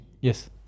Yes